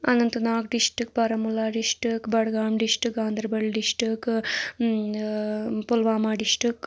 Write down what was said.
اننت ناگ ڈِشٹک بارہمولہ ڈِشٹک بڈگام ڈِشٹک گاندَربَل ڈِشٹک پُلوامہ ڈِشٹک